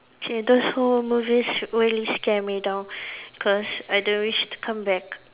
ya those horror movies really scare me down because I don't wish to come back